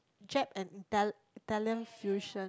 Jap and Ital~ Italian fusion